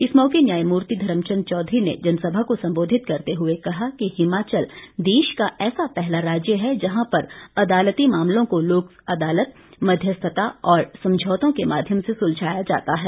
इस मौके न्यायमूर्ति धर्मचंद चौधरी ने जनसभा को संबोधित करते हुए कहा कि हिमाचल देश का ऐसा पहला राज्य है जहां पर अदालती मामलों को लोक अदालत मध्यस्थता और समझौतों के माध्यम से सुलझाया जाता है